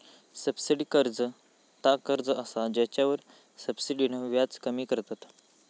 subsidy कर्ज ता कर्ज असा जेच्यावर सब्सिडीन व्याज कमी करतत